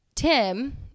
Tim